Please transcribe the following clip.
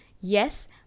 Yes